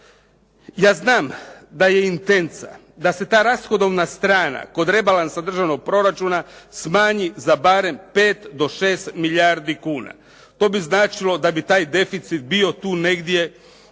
Ja znam da je intenca da se ta rashodovna strana kod rebalansa državnog proračuna smanji za barem pet do šest milijardi kuna, to bi značilo da bi taj deficit bio tu negdje oko